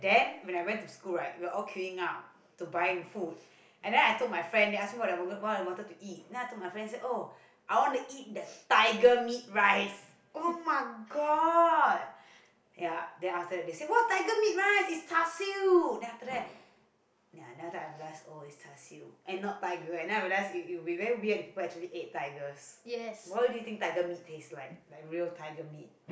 yes